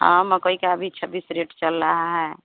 हाँ मकई का भी छब्बीस रेट चल रहा है